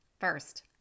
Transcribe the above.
First